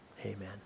Amen